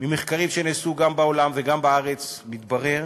ממחקרים שנעשו, גם בעולם וגם בארץ, מתברר